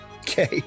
okay